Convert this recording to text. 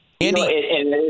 Andy